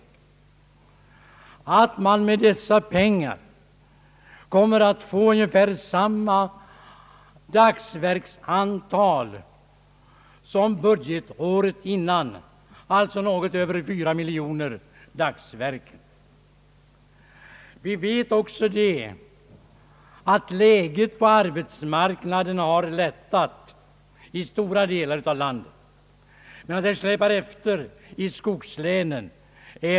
Det är också meningen att vi med dessa medel skall få ungefär samma dagsverksantal som budgetåret dessförinnan, alltså något över 4 miljoner dagsverken. Vi vet vidare att läget på arbetsmarknaden har lättat i stora delar av landet, men att det släpar efter i skogslänen.